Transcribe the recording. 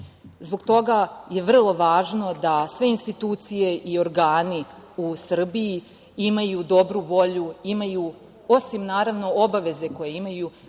toga je vrlo važno da sve institucije i organi u Srbiji imaju dobru volju, osim, naravno, obaveze koju imaju,